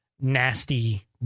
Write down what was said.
nasty